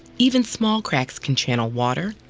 even small cracks can channel water,